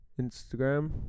Instagram